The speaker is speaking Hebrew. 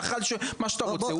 לאחר שמה שאתה רוצה,